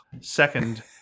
second